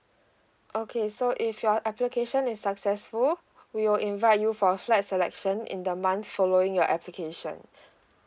okay so if your application is successful we will invite you for a flat selection in the month following your application